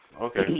Okay